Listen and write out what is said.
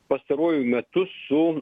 pastaruoju metu su